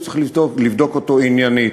צריך לבדוק אותו עניינית: